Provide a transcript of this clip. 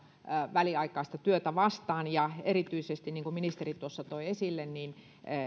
väliaikaista työtä vastaan niin kuin ministeri tuossa toi esille erityisesti ja